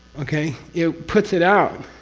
okay? it puts it out.